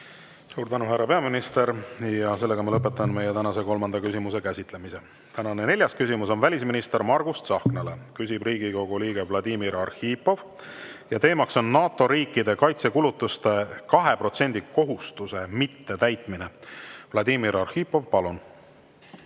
Suur tänu, härra peaminister! Lõpetan meie tänase kolmanda küsimuse käsitlemise. Tänane neljas küsimus on välisminister Margus Tsahknale. Küsib Riigikogu liige Vladimir Arhipov. Teema on NATO riikide kaitsekulutuste 2% kohustuse mittetäitmine. Vladimir Arhipov, palun!